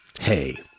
Hey